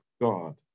God